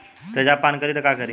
तेजाब पान करी त का करी?